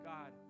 God